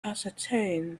ascertain